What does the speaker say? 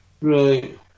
right